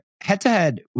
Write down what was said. head-to-head